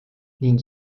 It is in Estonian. ning